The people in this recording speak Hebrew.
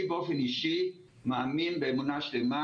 אני באופן אישי מאמין באמונה שלמה